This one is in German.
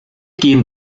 gehen